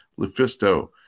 Lufisto